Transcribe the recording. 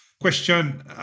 Question